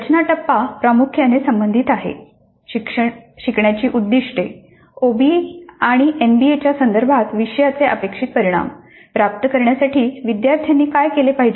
रचना टप्पा प्रामुख्याने संबंधित आहे शिकण्याची उद्दिष्टे